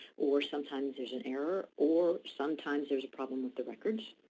or sometimes there's an error, or sometimes there's a problem with the records,